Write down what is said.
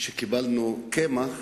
כשקיבלנו קמח